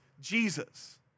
Jesus